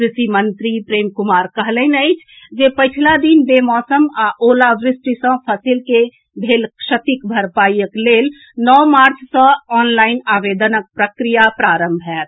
कृषि मंत्री प्रेम कुमार कहलनि अछि जे पछिला दिन बेमौसम आ ओलावृष्टि सऽ फसिलक भेल क्षतिक भरपाईक लेल नओ मार्च सऽ ऑनलाइन आवेदनक प्रक्रिया प्रारंभ होएत